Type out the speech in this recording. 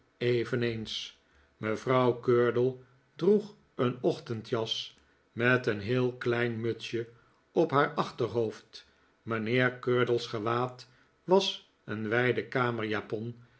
mevrouw curdle droeg een ochtendjas met een heel klein mutsje op haar achterhoofd mijnheer curdle's gewaad was een wijde